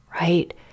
right